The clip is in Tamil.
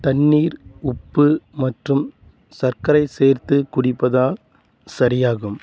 தண்ணீர் உப்பு மற்றும் சர்க்கரை சேர்த்து குடிப்பதால் சரியாகும்